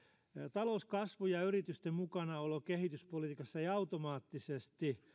talouskasvu ja yritysten mukanaolo kehityspolitiikassa eivät automaattisesti